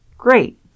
Great